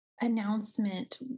announcement